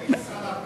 יש.